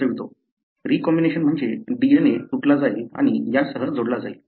recombination म्हणजे DNA तुटला जाईल आणि यासह जोडला जाईल